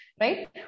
right